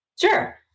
Sure